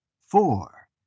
four